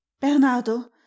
Bernardo